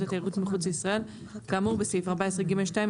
התיירות מחוץ לישראל כאמור בסעיף 14ג2,